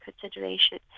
consideration